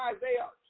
Isaiah